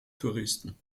touristen